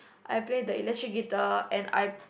I play the electric guitar and I